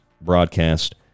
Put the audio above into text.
broadcast